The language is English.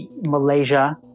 malaysia